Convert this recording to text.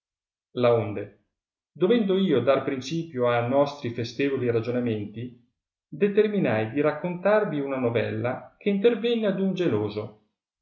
laonde dovendo io dar principio a nostri festevoli ragionamenti determinai di raccontarvi una novella che intervenne ad un geloso